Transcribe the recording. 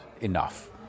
enough